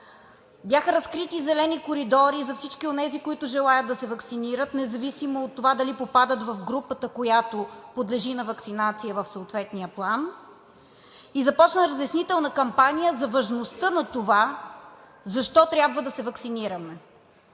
Бяха разкрити „зелени коридори“ за всички онези, които желаят да се ваксинират, независимо от това дали попадат в групата, която подлежи на ваксинация в съответния план, и започна разяснителна кампания за важността на това защо трябва да се ваксинираме.